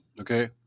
okay